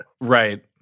Right